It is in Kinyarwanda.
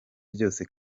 byose